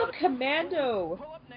Commando